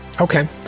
Okay